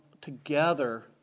together